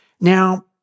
Now